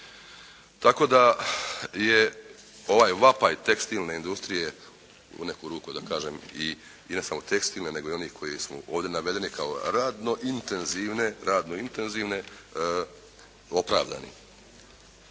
tako da je ovaj vapaj tekstilne industrije u neku ruku da kažem i ne samo tekstilne nego i onih koje su ovdje navedene kao radno intenzivne opravdani.